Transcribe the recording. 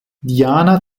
diana